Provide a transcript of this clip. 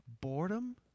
boredom